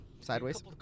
sideways